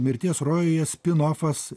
mirties rojuje spinofas